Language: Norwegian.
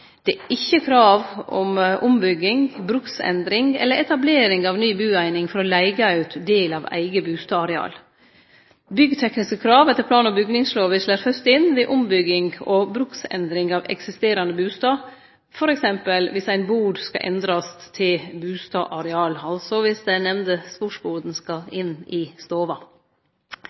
Det er ikkje krav om ombygging, bruksendring eller etablering av ny bueining for å leige ut ein del av eige bustadareal. Byggtekniske krav etter plan- og bygningslova slår fyrst inn ved ombygging og bruksendring av eksisterande bustad, f.eks. viss ei bu skal endrast til bustadareal – altså viss den nemnde sportsbua skal inn i stova.